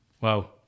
Wow